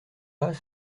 pas